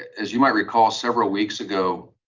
as you might recall several weeks ago,